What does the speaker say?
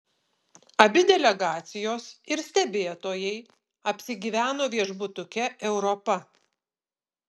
abi delegacijos ir stebėtojai apsigyveno viešbutuke europa